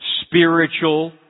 spiritual